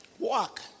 walk